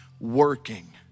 working